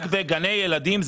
רק בגני הילדים.